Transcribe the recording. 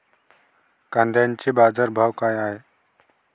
कांद्याचे बाजार भाव का हाये?